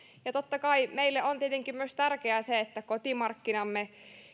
hoitoa totta kai meille on tärkeää myös se että kotimarkkinamme